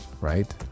right